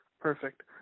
Perfect